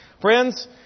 Friends